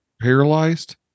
paralyzed